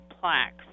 plaques